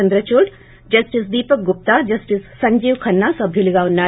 Chandrachud justice Deepak Gupta justice Sanjiv Khanna సభ్యులుగా ఉన్నారు